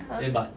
uh